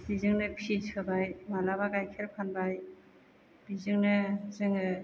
बेजोंनो फिज होबाय मालाबा गायखेर फानबाय बेजोंनो जोङो